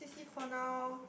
see for now